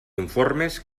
informes